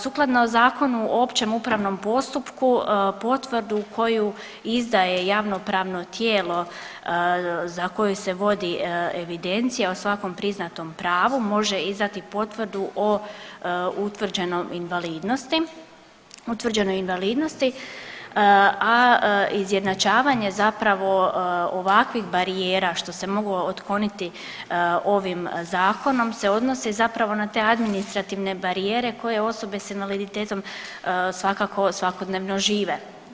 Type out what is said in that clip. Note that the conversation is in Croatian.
Sukladno Zakonu o općem upravnom postupku, potvrdu koju izdaje javnopravno tijelo za koje se vodi evidencija o svakom priznatom pravu, može izdati potvrdu o utvrđenoj invalidnosti, a izjednačavanje zapravo ovakvih barijera, što se moglo otkloniti ovim Zakonom se odnosi zapravo na te administrativne barijere koje osobe s invaliditetom svakako svakodnevno žive.